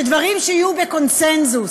שהדברים יהיו בקונסנזוס.